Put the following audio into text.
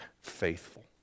faithful